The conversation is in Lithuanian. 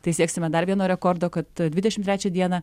tai sieksime dar vieno rekordo kad dvidešimt trečią dieną